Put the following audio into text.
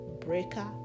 Breaker